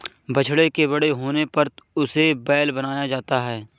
बछड़े के बड़े होने पर उसे बैल बनाया जाता है